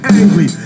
angry